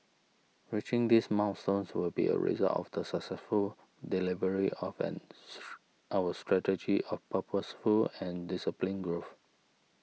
reaching these milestones will be a result of the successful delivery of and our strategy of purposeful and disciplined growth